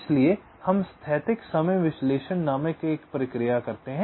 इसलिए हम स्थैतिक समय विश्लेषण नामक एक प्रक्रिया करते हैं